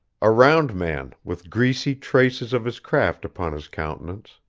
a round man, with greasy traces of his craft upon his countenance.